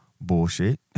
bullshit